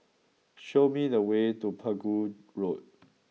show me the way to Pegu Road